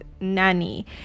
nanny